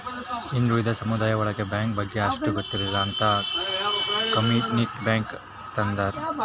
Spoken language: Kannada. ಹಿಂದುಳಿದ ಸಮುದಾಯ ಒಳಗ ಬ್ಯಾಂಕ್ ಬಗ್ಗೆ ಅಷ್ಟ್ ಗೊತ್ತಿರಲ್ಲ ಅಂತ ಕಮ್ಯುನಿಟಿ ಬ್ಯಾಂಕ್ ತಗ್ದಾರ